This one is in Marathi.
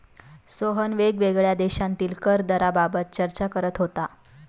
सोहन वेगवेगळ्या देशांतील कर दराबाबत चर्चा करत होता